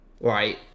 right